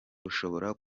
bushobora